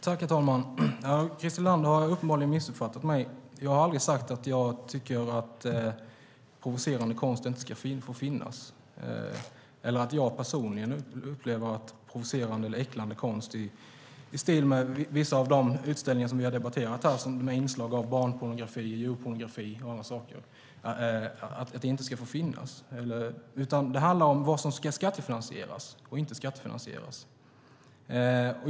Herr talman! Christer Nylander har uppenbarligen missuppfattat mig. Jag har aldrig sagt att provocerande konst inte ska få finnas eller att jag personligen anser att provocerande eller äcklande konst i stil med vissa av de utställningar vi har debatterat här med inslag av barnpornografi, djurpornografi med mera inte ska få finnas. Det handlar i stället om vad som ska skattefinansieras och inte skattefinansieras.